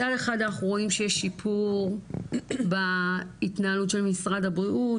מצד אחד אנחנו רואים שיש שיפור בהתנהלות של משרד הבריאות,